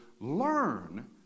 learn